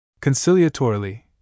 Conciliatorily